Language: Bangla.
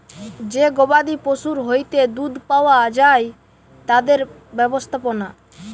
যে গবাদি পশুর হইতে দুধ পাওয়া যায় তাদের ব্যবস্থাপনা